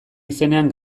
izenean